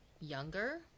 younger